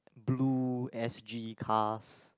Blue-S_G cars